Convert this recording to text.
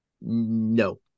No